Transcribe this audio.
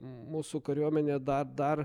mūsų kariuomenė dar dar